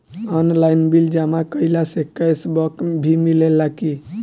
Online bill जमा कईला से कैश बक भी मिलेला की?